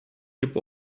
geb